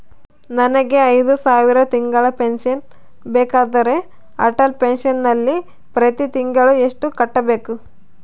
ನನಗೆ ಐದು ಸಾವಿರ ತಿಂಗಳ ಪೆನ್ಶನ್ ಬೇಕಾದರೆ ಅಟಲ್ ಪೆನ್ಶನ್ ನಲ್ಲಿ ಪ್ರತಿ ತಿಂಗಳು ಎಷ್ಟು ಕಟ್ಟಬೇಕು?